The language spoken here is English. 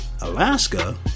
Alaska